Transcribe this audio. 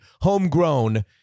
homegrown